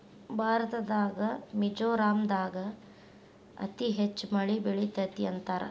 ಭಾರತದಾಗ ಮಿಜೋರಾಂ ದಾಗ ಅತಿ ಹೆಚ್ಚ ಮಳಿ ಬೇಳತತಿ ಅಂತಾರ